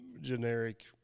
generic